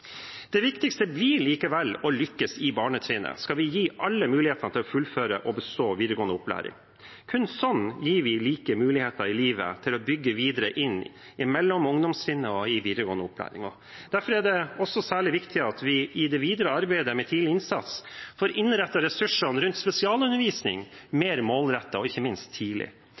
Det viktigste blir likevel å lykkes i barnetrinnet, hvis vi skal gi alle muligheten til å fullføre og bestå videregående opplæring. Kun sånn gir vi like muligheter i livet, noe å bygge videre på inn i mellom- og ungdomstrinnet og i den videregående opplæringen. Derfor er det også særlig viktig at vi i det videre arbeidet med tidlig innsats får innrettet ressursene rundt spesialundervisning mer målrettet og ikke minst tidlig.